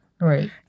Right